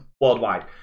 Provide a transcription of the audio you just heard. worldwide